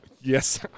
Yes